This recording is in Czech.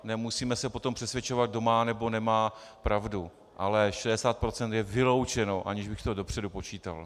Nemusíme se potom přesvědčovat, kdo má, nebo nemá pravdu, ale 60 procent je vyloučeno, aniž bych to dopředu počítal.